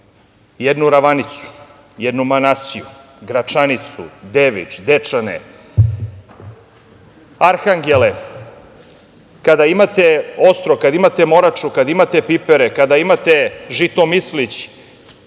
jednu Ravanicu, jednu Manasiju, Gračanicu, Devič, Dečane, arhangele, kada imate Ostrog, kada imate Moraču, kada imate Pipere, kada imate Žitomislić